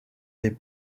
les